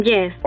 Yes